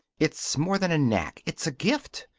it's more than a knack. it's a gift.